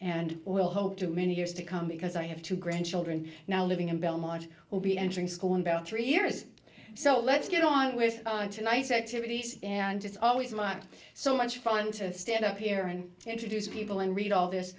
and will hope to many years to come because i have two grandchildren now living in belmont will be entering school in belt three years so let's get on with tonight's activities and it's always much so much fun to stand up here and introduce people and read all this